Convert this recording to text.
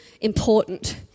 important